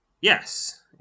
Yes